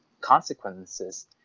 consequences